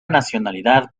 nacionalidad